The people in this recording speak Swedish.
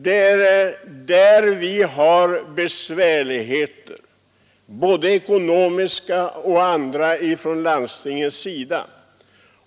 Det är på den punkten vi inom landstingen har besvärligheter — både ekonomiska och andra.